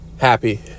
happy